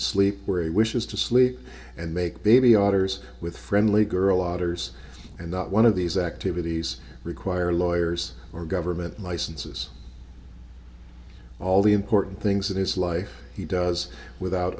sleep where he wishes to sleep and make baby authors with friendly girl authors and not one of these activities require lawyers or government licenses all the important things in his life he does without